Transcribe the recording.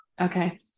okay